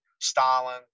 Stalin